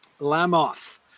Lamoth